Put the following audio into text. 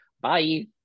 Bye